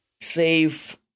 save